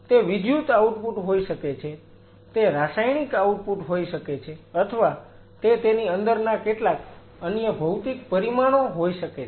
તે વિદ્યુત આઉટપુટ હોઈ શકે છે તે રાસાયણિક આઉટપુટ હોઈ શકે છે અથવા તે તેની અંદરના કેટલાક અન્ય ભૌતિક પરિમાણો હોઈ શકે છે